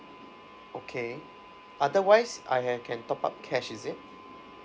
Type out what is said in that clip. okay otherwise I han~ can top up cash is it